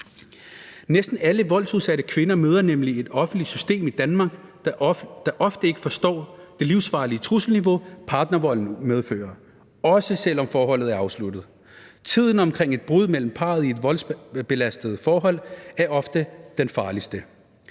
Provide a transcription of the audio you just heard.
Næsten alle voldsudsatte kvinder møder nemlig et offentligt system i Danmark, der ofte ikke forstår det livsfarlige trusselsniveau, partnervold medfører – også selv om forholdet er afsluttet. Tiden omkring et brud mellem parterne i et voldsbelastet forhold er ofte den farligste.